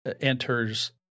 enters